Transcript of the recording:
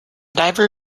diver